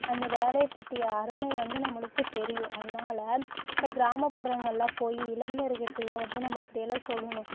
அந்த வேலையை பற்றி அருமை வந்து நம்மளுக்கு தெரியும் அதனால இப்போ கிராமப்புறங்கள் எல்லாம் போய் இளைஞர்க்கிட்ட எல்லாம் வந்து நம்ம இப்படியெல்லாம் சொல்லணும்